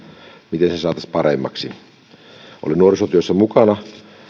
miten se saataisiin paremmaksi olen nuorisotyössä mukana